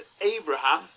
Abraham